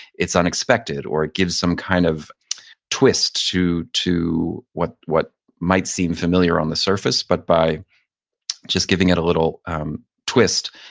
it's unexpected or it gives some kind of twist to to what what might seem familiar on the surface. but by just giving it a little um twist,